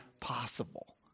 possible